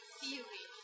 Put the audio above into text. theory